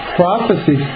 prophecy